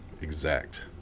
exact